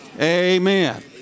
Amen